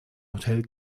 hotel